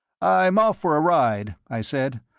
i am off for a ride, i said.